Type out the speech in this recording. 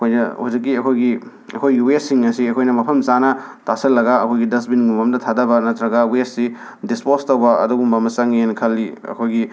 ꯑꯩꯈꯣꯏꯁꯦ ꯍꯧꯖꯤꯛꯀꯤ ꯑꯩꯈꯣꯏꯒꯤ ꯑꯩꯈꯣꯏꯒꯤ ꯋꯦꯁꯁꯤꯡ ꯑꯁꯤ ꯑꯩꯈꯣꯏꯅ ꯃꯐꯝ ꯆꯥꯅ ꯇꯥꯁꯤꯜꯂꯒ ꯑꯩꯈꯣꯏꯒꯤ ꯗꯁꯕꯤꯟꯒꯨꯝꯕ ꯑꯝꯗ ꯊꯥꯗꯕ ꯅꯠꯇ꯭ꯔꯒ ꯋꯦꯁꯁꯤ ꯗꯤꯁꯄꯣꯁ ꯇꯧꯕ ꯑꯗꯨꯒꯨꯝꯕ ꯑꯃ ꯆꯪꯉꯦꯅ ꯈꯜꯂꯤ ꯑꯩꯈꯣꯏꯒꯤ